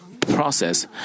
process